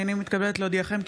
הינני מתכבדת להודיעכם,